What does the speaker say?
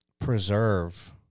preserve